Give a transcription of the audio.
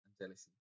jealousy